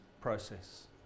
process